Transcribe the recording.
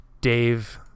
Dave